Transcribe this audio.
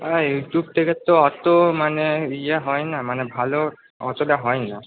হ্যাঁ এইচএস থেকে তো অত মানে ইয়ে হয় না মানে ভালো অতটা হয় না